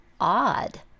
odd